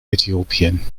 äthiopien